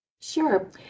Sure